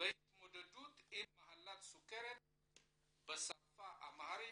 בהתמודדות עם מחלת סוכרת בשפה האמהרית,